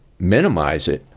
minimize it,